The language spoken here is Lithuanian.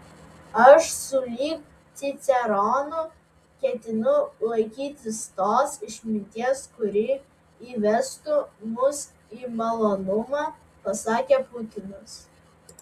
aš sulig ciceronu ketinu laikytis tos išminties kuri įvestų mus į malonumą pasakė putinas